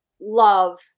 love